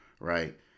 right